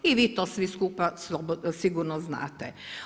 I vi to svi skupa sigurno znate.